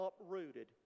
uprooted